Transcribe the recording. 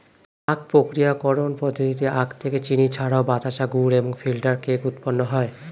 আখ প্রক্রিয়াকরণ পদ্ধতিতে আখ থেকে চিনি ছাড়াও বাতাসা, গুড় এবং ফিল্টার কেক উৎপন্ন হয়